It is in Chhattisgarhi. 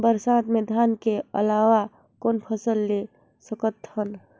बरसात मे धान के अलावा कौन फसल ले सकत हन?